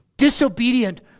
Disobedient